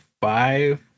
five